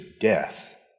death